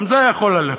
גם זה היה יכול ללכת.